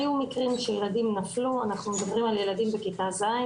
היו מקרים שילדים נפלו-אנחנו מדברים על ילדים בכיתה ז',